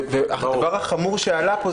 והדבר החמור שעלה פה,